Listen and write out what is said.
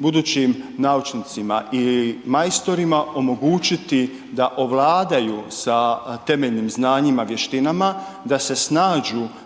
budućim naučnicima i majstorima omogućiti da ovladaju sa temeljnim znanjima, vještinama, da se snađu